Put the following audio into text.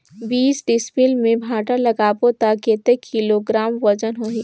बीस डिसमिल मे भांटा लगाबो ता कतेक किलोग्राम वजन होही?